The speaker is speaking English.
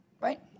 right